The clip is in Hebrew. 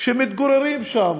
שמתגוררים שם,